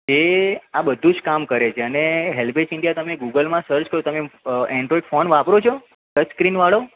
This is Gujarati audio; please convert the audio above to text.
એ આ બધું જ કામ કરે છે અને હેલ્પેજ ઇન્ડિયા તમે ગૂગલમાં સર્ચ કરો તમે ઍન્ડ્રોઈડ ફોન વાપરો છો ટચસ્ક્રીનવાળો